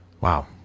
Wow